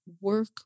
work